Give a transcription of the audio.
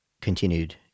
continued